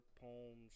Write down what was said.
poems